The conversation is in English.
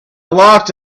locked